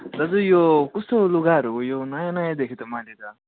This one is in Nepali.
दाजु यो कस्तो लुगाहरू हो यो नयाँ नयाँ देखेँ त मैले त